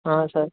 हाँ सर